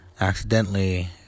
accidentally